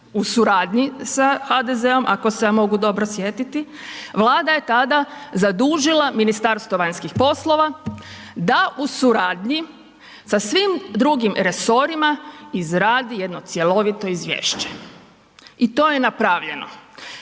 u suradnji sa HDZ-om ako se ja mogu dobro sjetiti, Vlada je tada zadužila Ministarstvo vanjskih poslova da u suradnji sa svim drugim resorima izradi jedno cjelovito izvješće. I to je napravljeno.